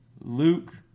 Luke